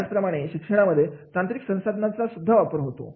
याचप्रमाणे शिक्षणामध्ये तांत्रिक संसाधनांचा सुद्धा वापर होतो